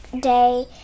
day